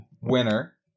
winner